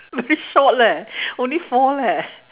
very short leh only four leh